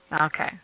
Okay